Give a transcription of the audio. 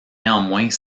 néanmoins